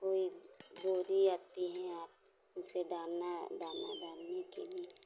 कोई डोरी आती हैं आटा उसे डालना दाना डालने के लिए